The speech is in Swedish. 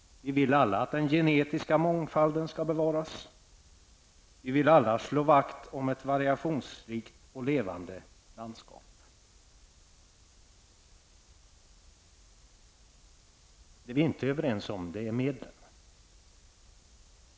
Vi vill alla att den genetiska mångfalden skall bevaras. Vi vill alla slå vakt om ett variationsrikt och levande landskap. Det vi inte är överens om är medlen.